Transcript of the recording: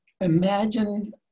imagine